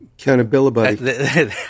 Accountability